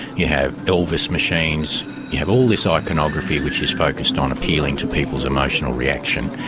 you have elvis machines you have all this ah iconography which is focussed on appealing to people's emotional reaction.